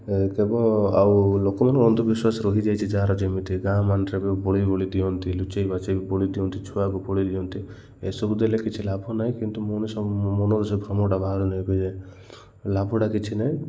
କେବ ଆଉ ଲୋକମାନ ଅନ୍ଧବିଶ୍ୱାସ ରହିଯାଇଛି ଯାହାର ଯେମିତି ଗାଁ ମାନରେ ବି ବଳି ବଳି ଦିଅନ୍ତି ଲୁଚେଇ ବାଚେଇ ବି ବଳି ଦିଅନ୍ତି ଛୁଆକୁ ବଳି ଦିଅନ୍ତି ଏସବୁ ଦେଲେ କିଛି ଲାଭ ନାହିଁ କିନ୍ତୁ ମୁବ ମନର ସେ ଭ୍ରମଟା ବାହାର ନିଭେଇଯାଏ ଲାଭଟା କିଛି ନାହିଁ